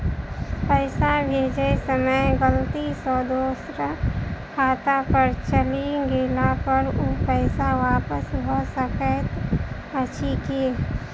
पैसा भेजय समय गलती सँ दोसर खाता पर चलि गेला पर ओ पैसा वापस भऽ सकैत अछि की?